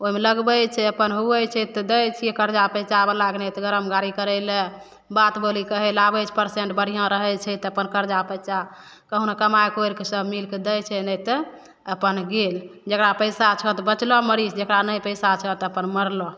ओहिमे लगबै छै अपन हुए छै तऽ दै छिए करजा पैँचावलाके नहि तऽ गरम गाड़ी करै ले बात बोली कहै ले आबै छै पेशेन्ट बढ़िआँ रहै छै तऽ अपन करजा पैँचा कहुना कमै कोड़िके सब मिलिके दै छै नहि तऽ अपन गेल जकरा पइसा छऽ तऽ बचलऽ मरीज जकरा नहि पइसा छऽ तऽ अपन मरलऽ